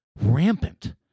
rampant